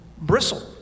Bristle